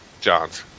Johns